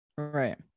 right